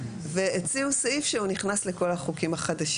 הציעו סעיף שהוא נכנס לכל החוקים החדשים.